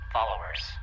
Followers